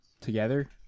together